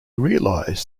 realise